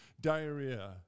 diarrhea